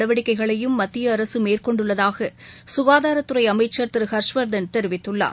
நடவடிக்கைகளையும் மத்திய அரசு மேற்கொண்டுள்ளதாக சுகாதாரத்துறை அமைச்சர் திரு ஹர்ஷவர்தன் தெரிவித்துள்ளார்